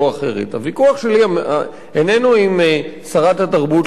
הוויכוח שלי איננו עם שרת התרבות לבנת.